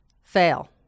Fail